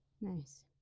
Nice